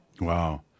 Wow